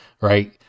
right